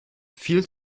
viel